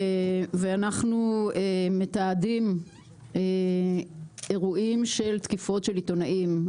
אנחנו מתעדים אירועים של תקיפות של עיתונאים.